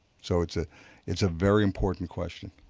so it's ah it's a very important question.